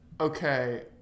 Okay